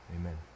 Amen